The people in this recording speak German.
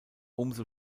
umso